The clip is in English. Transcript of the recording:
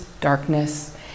darkness